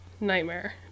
nightmare